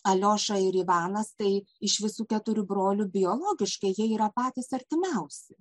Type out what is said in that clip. alioša ir ivanas tai iš visų keturių brolių biologiškai jie yra patys artimiausi